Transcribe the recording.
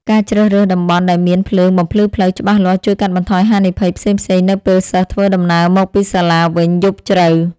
ការជ្រើសរើសតំបន់ដែលមានភ្លើងបំភ្លឺផ្លូវច្បាស់លាស់ជួយកាត់បន្ថយហានិភ័យផ្សេងៗនៅពេលសិស្សធ្វើដំណើរមកពីសាលាវិញយប់ជ្រៅ។